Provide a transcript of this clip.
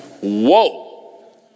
Whoa